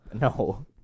no